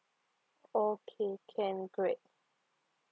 okay can great